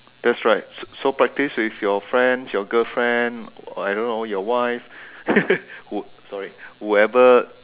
that's right so so practice with your friends your girlfriend or I don't know your wife who sorry whoever